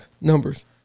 numbers